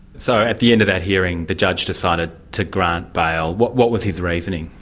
so at the end of that hearing, the judge decided to grant bail. what what was his reasoning?